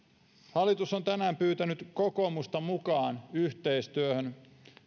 hallitus on tänään pyytänyt kokoomusta mukaan yhteistyöhön